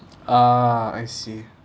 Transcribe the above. ah I see